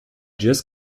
just